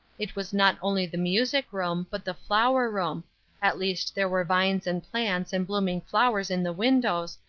it was not only the music room but the flower room at least there were vines and plants and blooming flowers in the windows,